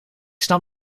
snap